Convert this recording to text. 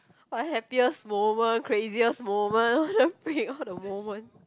what happiest moment craziest moment what-the-freak all the moment